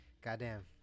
goddamn